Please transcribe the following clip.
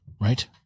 right